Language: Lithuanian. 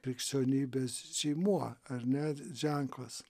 krikščionybės žymuo ar ne ženklas